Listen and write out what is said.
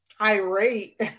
irate